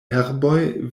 herboj